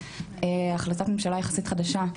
החלטת ממשלה יחסית חדשה,